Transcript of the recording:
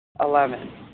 Eleven